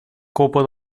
copa